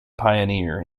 pioneer